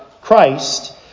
Christ